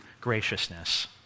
graciousness